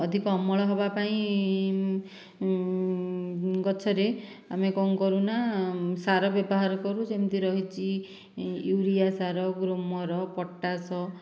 ଅଧିକ ଅମଳ ହେବା ପାଇଁ ଗଛରେ ଆମେ କଣ କରୁନା ସାର ବ୍ୟବହାର କରୁ ଯେମିତି ରହିଛି ୟୁରିଆ ସାର ଗୃମର ପଟାସ